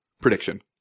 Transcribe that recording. Prediction